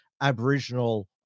Aboriginal